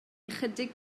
ychydig